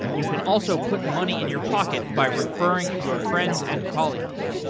you can also put money in your pocket by referring your friends and colleagues.